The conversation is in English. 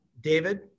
David